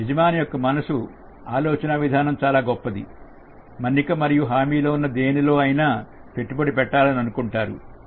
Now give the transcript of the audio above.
యజమాని యొక్క మనసు ఆలోచనా విధానం చాలా గొప్పది మన్నిక మరియు హామీ ఉన్న దేనిలో అయినా పెట్టుబడి పెట్టాలి అనుకుంటారు